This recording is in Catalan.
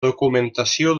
documentació